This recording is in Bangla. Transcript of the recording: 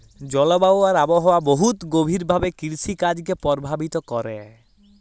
জলবায়ু আর আবহাওয়া বহুত গভীর ভাবে কিরসিকাজকে পরভাবিত ক্যরে